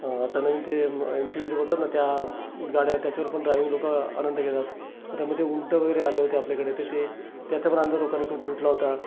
अ आता नवीन ते एम क्यू अे जे बोलतात ना त्या गाड्या त्याच्यावर पण ड्रायविंग लोकं आ आनंद घेतात आता मध्ये उंट वगैरे आले होते आपल्याकडे त ते त्याचा पण आनंद लोकांनी खूप लुटला होता